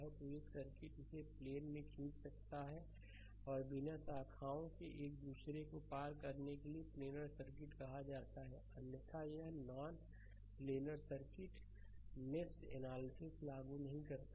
तो एक सर्किट इसे प्लेन में खींच सकता है और बिना शाखाओं के एक दूसरे को पार करने के लिए प्लेनर सर्किट कहा जाता है अन्यथा यह non planar circuit mesh analysis लागू नहीं कर सकता है